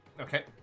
Okay